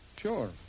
Sure